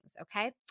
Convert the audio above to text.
okay